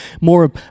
more